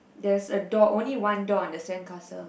there's a dog only one dog on the sandcastle